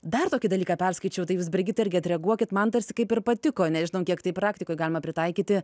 dar tokį dalyką perskaičiau tai jūs brigita irgi atreaguokit man tarsi kaip ir patiko nežinau kiek tai praktikoj galima pritaikyti